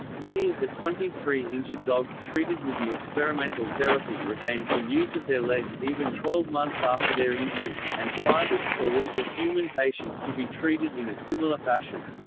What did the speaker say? many of the twenty three injured dogs treated with the experimental therapy regained some use of their legs even twelve months after their injury, and scientists believe that human patients could be treated in a similar fashion.